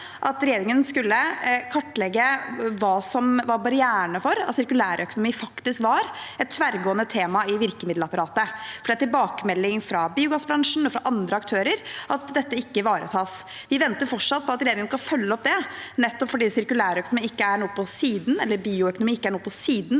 at regjeringen skulle kartlegge hva som var barrierene for at sirkulærøkonomi faktisk var et tverrgående tema i virkemiddelapparatet, for det er tilbakemeldinger fra biogassbransjen og andre aktører om at dette ikke ivaretas. Vi venter fortsatt på at regjeringen skal følge opp det, nettopp fordi sirkulærøkonomi eller bioøkonomi